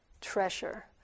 treasure